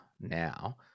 now